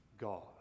God